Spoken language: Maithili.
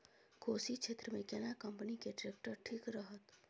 कोशी क्षेत्र मे केना कंपनी के ट्रैक्टर ठीक रहत?